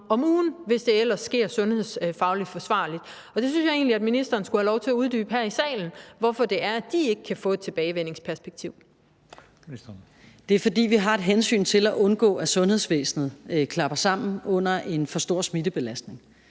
om ugen, hvis det ellers sker sundhedsfagligt forsvarligt? Der synes jeg egentlig, at ministeren skulle have lov til at uddybe her i salen, hvorfor det er, at de ikke kan få et tilbagevendingsperspektiv. Kl. 18:34 Den fg. formand (Christian Juhl): Ministeren. Kl. 18:34 Børne- og undervisningsministeren